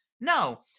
No